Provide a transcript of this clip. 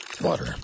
water